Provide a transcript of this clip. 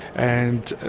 and